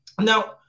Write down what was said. Now